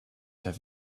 have